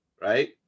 right